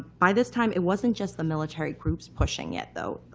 by this time, it wasn't just the military groups pushing it though.